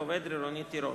יעקב אדרי ורונית תירוש.